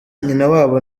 nyinawabo